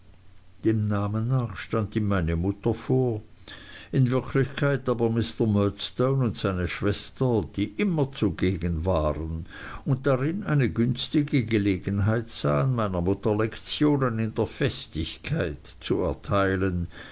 dem namen nach stand ihm meine mutter vor in wirklichkeit aber mr murdstone und seine schwester die immer zugegen waren und darin eine günstige gelegenheit sahen meiner mutter lektionen in der festigkeit zu erteilen